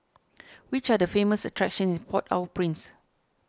which are the famous attractions in Port Au Prince